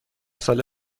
ساله